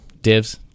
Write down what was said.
Divs